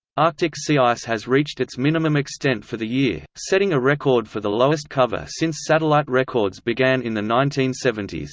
arctic sea ice has reached its minimum extent for the year, setting a record for the lowest cover since satellite records began in the nineteen seventy s.